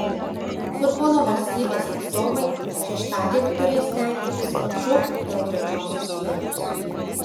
futbolo valstybės atstovai šeštadienį turės tenkintis maču dėl trečiosios vietos